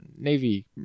Navy